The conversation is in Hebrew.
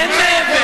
אין לי, מה עם הרצח?